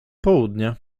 południa